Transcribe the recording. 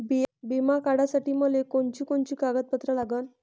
बिमा काढासाठी मले कोनची कोनची कागदपत्र लागन?